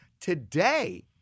today